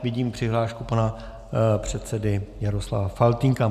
Vidím přihlášku pana předsedy Jaroslava Faltýnka.